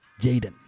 Jaden